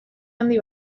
handi